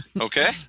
Okay